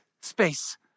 space